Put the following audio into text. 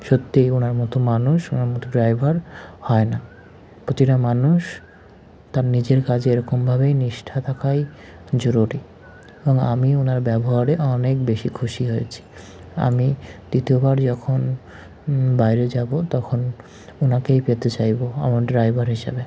সত্যিই ওনার মতো মানুষ ওনার মতো ড্রাইভার হয় না প্রতিটা মানুষ তার নিজের কাজে এরকমভাবেই নিষ্ঠা থাকাই জরুরি এবং আমি ওনার ব্যবহারে অনেক বেশি খুশি হয়েছি আমি দ্বিতীয়বার যখন বাইরে যাব তখন ওনাকেই পেতে চাইব আমার ড্রাইভার হিসাবে